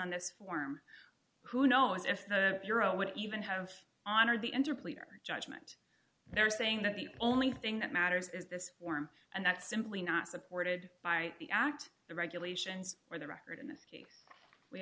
on this form who knows if the euro would even have honored the enter plea or judgment they're saying that the only thing that matters is this form and that's simply not supported by the act the regulations are the record in this case we